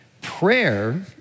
prayer